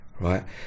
right